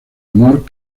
amor